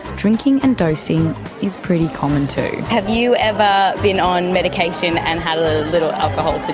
drinking and dosing is pretty common too. have you ever been on medication and had a little alcohol to